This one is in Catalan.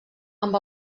amb